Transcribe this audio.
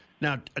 Now